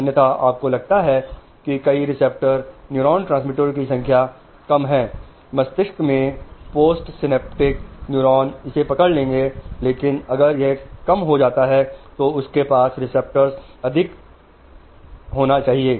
अन्यथा आपको ऐसे न्यूरॉन्स मिलेंगे जिन पर न्यूरॉन ट्रांसमीटरों की संख्या कम है पूरे मस्तिष्क में पोस्टसिनेप्टिक न्यूरॉन इसे पकड़ लेंगे लेकिन अगर यह कम हो जाता है तो उनके पास रिसेप्टर्स अधिक सही होना चाहिए